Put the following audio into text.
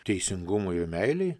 teisingumui ir meilei